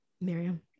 Miriam